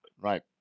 Right